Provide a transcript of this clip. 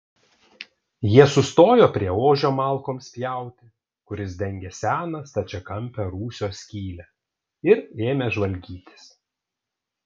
jie sustojo prie ožio malkoms pjauti kuris dengė seną stačiakampę rūsio skylę ir ėmė žvalgytis